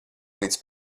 līdz